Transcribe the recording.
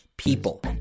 people